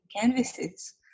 canvases